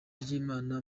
ry’imana